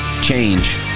Change